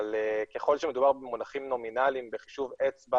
אבל ככל שמדובר במונחים נומינליים בחישוב אצבע